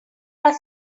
our